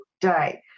day